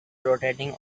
rotating